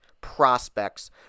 prospects